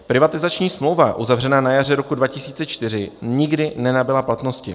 Privatizační smlouva uzavřená na jaře roku 2004 nikdy nenabyla platnosti.